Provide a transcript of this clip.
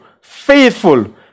faithful